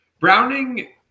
Browning